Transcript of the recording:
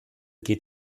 geht